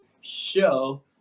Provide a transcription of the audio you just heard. show